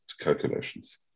calculations